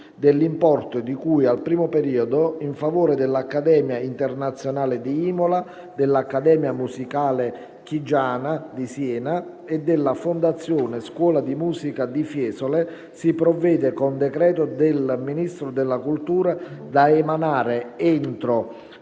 dell'importo di cui al primo periodo in favore dell'Accademia internazionale di Imola, dell'Accademia musicale Chigiana di Siena e della Fondazione Scuola di musica di Fiesole si provvede con decreto del Ministro della cultura, da emanare entro